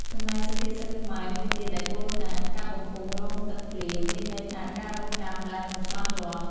ចំណែកសុភាសិតខ្មែរមួយទៀតដែលពោលថា" កាប់បំពង់រង់ទឹកភ្លៀង"មានន័យថាការរង់ចាំដែលមិនច្បាស់លាស់ ។